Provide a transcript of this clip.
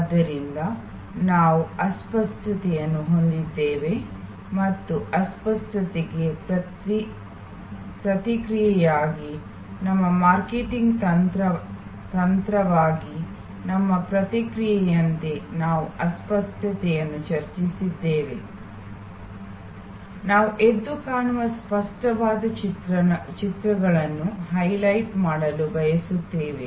ಆದ್ದರಿಂದ ನಾವು ಅಸ್ಪಷ್ಟತೆಯನ್ನು ಹೊಂದಿದ್ದೇವೆ ಮತ್ತು ಅಸ್ಪಷ್ಟತೆಗೆ ಪ್ರತಿಕ್ರಿಯೆಯಾಗಿ ನಮ್ಮ ಮಾರ್ಕೆಟಿಂಗ್ ತಂತ್ರವಾಗಿ ನಮ್ಮ ಪ್ರತಿಕ್ರಿಯೆಯಂತೆ ನಾವು ಅಸ್ಪಷ್ಟತೆಯನ್ನು ಚರ್ಚಿಸಿದ್ದೇವೆ ನಾವು ಎದ್ದುಕಾಣುವ ಸ್ಪಷ್ಟವಾದ ಚಿತ್ರಗಳನ್ನು ಹೈಲೈಟ್ ಮಾಡಲು ಬಯಸುತ್ತೇವೆ